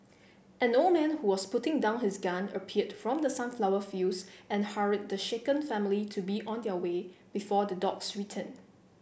an old man who was putting down his gun appeared from the sunflower fields and hurried the shaken family to be on their way before the dogs return